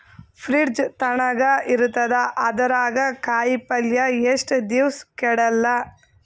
Fridge ತಣಗ ಇರತದ, ಅದರಾಗ ಕಾಯಿಪಲ್ಯ ಎಷ್ಟ ದಿವ್ಸ ಕೆಡಲ್ಲ?